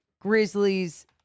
Grizzlies